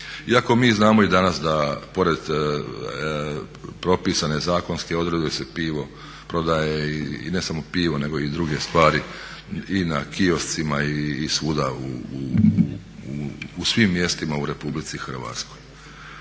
Iako mi znamo i danas da pored propisane zakonske odredbe se pivo prodaje i ne samo pivo nego i druge stvari i na kioscima i svuda u svim mjestima u RH.